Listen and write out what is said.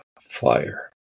fire